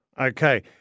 Okay